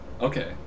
Okay